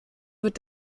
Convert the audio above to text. wird